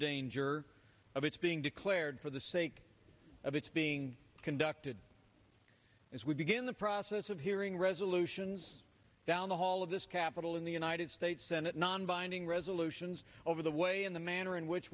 danger of its being declared for the sake of its being conducted as we begin the process of hearing resolutions down the hall of this capital in the united states senate non binding resolutions over the way in the manner which